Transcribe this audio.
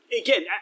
Again